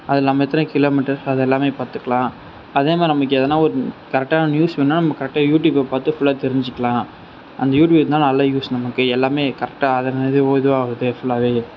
அதுவும் இல்லாமல் எத்தனை கிலோ மீட்டர்ஸ் அதெல்லாமே பார்த்துக்குலாம் அதேமாதிரி நமக்கு எதுனா ஒரு கரெக்டான நியூஸ் வேணுனா நம்ம கரெக்டாக யூடியூப்பை பார்த்து ஃபுல்லாக தெரிஞ்சிக்கலாம் அந்த யூடியூப் இருக்கிறதுனால நல்ல யூஸ் நமக்கு எல்லாமே கரெக்டாக அது மாதிரி அது ஃபுல்லாகவே